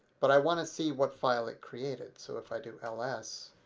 but i want to see what file it created. so if i do ls,